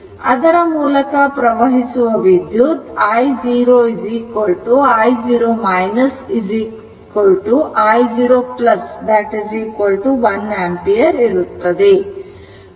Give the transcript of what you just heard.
ಅದರ ಮೂಲಕ ಪ್ರವಹಿಸುವ ವಿದ್ಯುತ್ i0 i0 i0 1 ಆಂಪಿಯರ್ ಇರುತ್ತದೆ